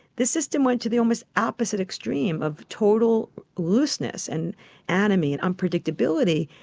this system went to the almost opposite extreme of total looseness and anomie and unpredictability.